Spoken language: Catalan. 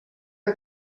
que